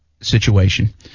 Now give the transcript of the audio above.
situation